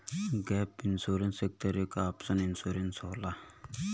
gap insurance एक तरे क ऑप्शनल इंश्योरेंस होला